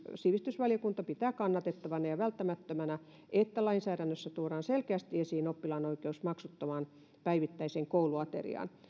sivistysvaliokunta pitää kannatettavana ja välttämättömänä että lainsäädännössä tuodaan selkeästi esiin oppilaan oikeus maksuttomaan päivittäiseen kouluateriaan